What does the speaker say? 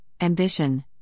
Ambition